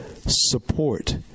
support